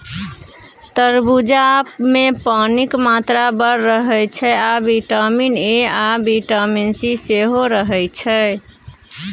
तरबुजामे पानिक मात्रा बड़ रहय छै आ बिटामिन ए आ बिटामिन सी सेहो रहय छै